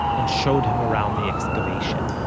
and showed him around the excavation.